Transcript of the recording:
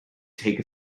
take